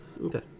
Okay